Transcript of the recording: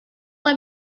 let